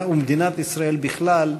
ומדינת ישראל בכלל,